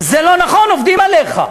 זה לא נכון, עובדים עליך.